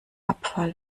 abfall